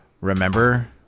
Remember